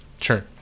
Sure